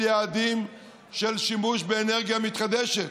יעדים של שימוש באנרגיה מתחדשת,